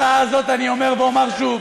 בשעה הזאת אני אומר ואומר שוב: